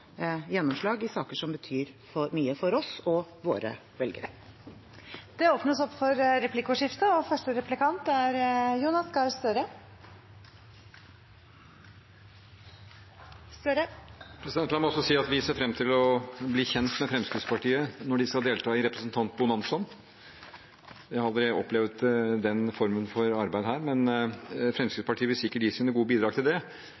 gjennomslag i saker som betyr mye for oss og våre velgere. Det blir replikkordskifte. La meg også si at vi ser fram til å bli kjent med Fremskrittspartiet når de skal delta i «representantbonanzaen». Jeg har aldri opplevd den formen for arbeid her, men Fremskrittspartiet vil sikkert gi sine gode bidrag til det.